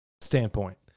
standpoint